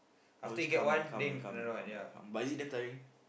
always come and come and come and come and come but is it damn tiring